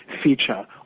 feature